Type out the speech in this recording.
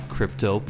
Crypto